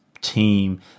team